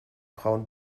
frauen